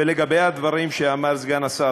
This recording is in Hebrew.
ולגבי הדברים שאמר סגן השר,